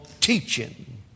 teaching